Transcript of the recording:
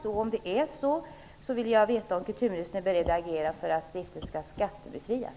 Är kulturministern i så fall beredd att agera för att stiftelsen skall skattebefrias?